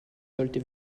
sollte